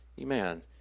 Amen